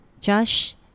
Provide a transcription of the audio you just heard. Josh